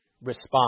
respond